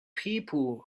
people